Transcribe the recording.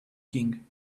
king